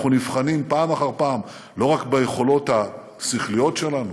ואנחנו נבחנים פעם אחר פעם לא רק ביכולות השכליות שלנו,